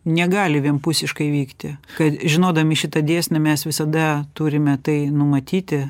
negali vienpusiškai vykti kad žinodami šitą dėsnį mes visada turime tai numatyti